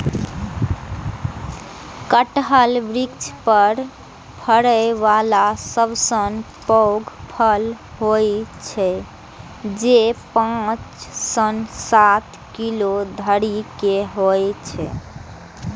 कटहल वृक्ष पर फड़ै बला सबसं पैघ फल होइ छै, जे पांच सं सात किलो धरि के होइ छै